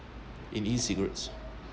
in e-cigarettes